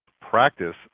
practice